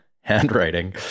handwriting